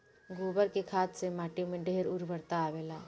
गोबर के खाद से माटी में ढेर उर्वरता आवेला